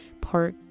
Park